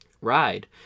ride